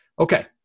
okay